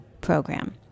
Program